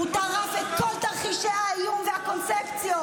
הוא טרף את כל תרחישי האיום והקונספציות.